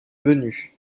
venu